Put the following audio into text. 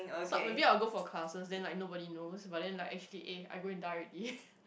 so maybe I will go for classes then like nobody knows but then like actually eh I go and die already